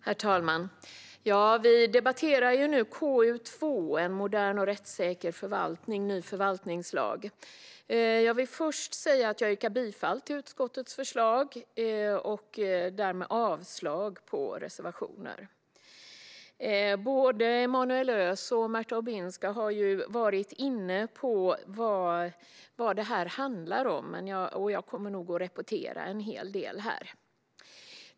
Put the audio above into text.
Herr talman! Vi debatterar nu betänkande KU2 En modern och rättssäker förvaltning - ny förvaltningslag . Jag vill först säga att jag yrkar bifall till utskottets förslag och därmed avslag på reservationerna. Både Emanuel Öz och Marta Obminska har varit inne på vad detta handlar om, och jag kommer nog att repetera en hel del här.